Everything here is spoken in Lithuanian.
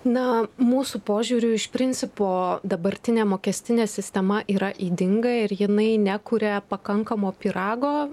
na mūsų požiūriu iš principo dabartinė mokestinė sistema yra ydinga ir jinai nekuria pakankamo pyrago